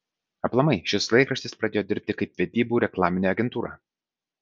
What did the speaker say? aplamai šis laikraštis pradėjo dirbti kaip vedybų reklaminė agentūra